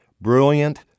brilliant